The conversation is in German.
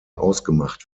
ausgemacht